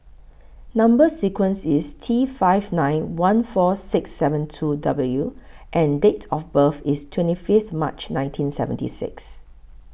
Number sequence IS T five nine one four six seven two W and Date of birth IS twenty Fifth March nineteen seventy six